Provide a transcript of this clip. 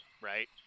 right